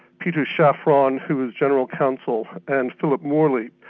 peter shafron, who was general counsel, and phillip morley,